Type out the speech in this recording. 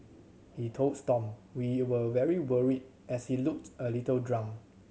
he told Stomp we were very worried as he looked a little drunk